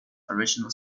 original